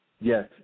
Yes